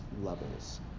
levels